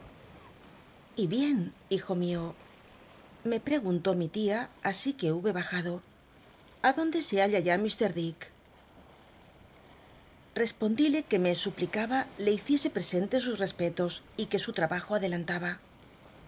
y bien hij o mio me preguntó mi tia así que hube bajado i donde se halla ya mr dick rcspondile que me suplicaba le hiciese presente sus respetos y que su mbajo adelanlaba